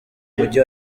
mujyi